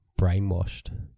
brainwashed